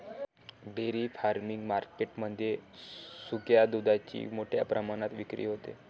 dairy farming market मध्ये सुक्या दुधाची मोठ्या प्रमाणात विक्री होते